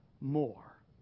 more